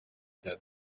that